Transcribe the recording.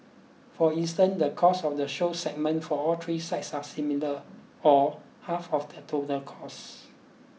for instance the cost of the show segment for all three sites are similar or half of the total costs